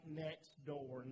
next-door